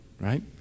right